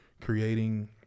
creating